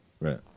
Right